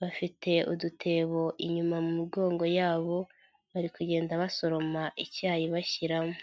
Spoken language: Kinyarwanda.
bafite udutebo inyuma mu migongo yabo, bari kugenda basoroma icyayi bashyiramo.